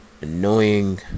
annoying